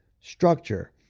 structure